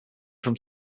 from